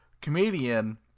comedian